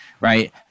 right